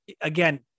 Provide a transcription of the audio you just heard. again